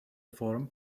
form